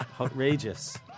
Outrageous